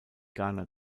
ghana